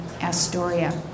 Astoria